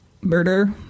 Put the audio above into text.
murder